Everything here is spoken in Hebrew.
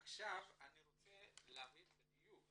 אני רוצה להבין בדיוק